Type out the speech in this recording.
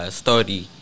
story